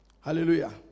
Hallelujah